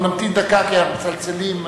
נמתין דקה כי מצלצלים.